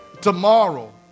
tomorrow